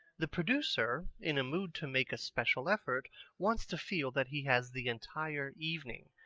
the producer in a mood to make a special effort wants to feel that he has the entire evening,